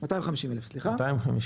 250 אלף סליחה סדר גודל.